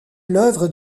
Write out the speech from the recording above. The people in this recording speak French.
l’œuvre